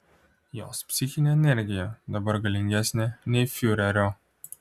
jos psichinė energija dabar galingesnė nei fiurerio